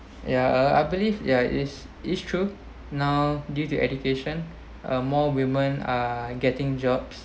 ya uh I believe ya is is true now due to education uh more women are getting jobs